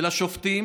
ולשופטים